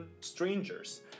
strangers